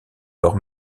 lors